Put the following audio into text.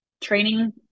training